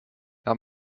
nahm